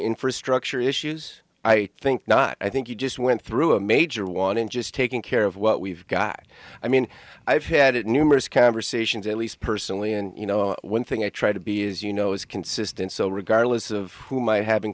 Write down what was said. infrastructure issues i think not i think you just went through a major one in just taking care of what we've guy i mean i've had numerous conversations at least personally and you know one thing i try to be is you know is consistent so regardless of who might ha